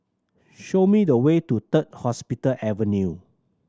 show me the way to Third Hospital Avenue